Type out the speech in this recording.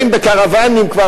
וגם האמנתי באמת שתדאג לשקופים,